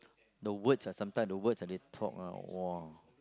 the words ah sometimes the words that they talk ah !wah!